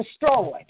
destroyed